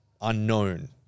unknown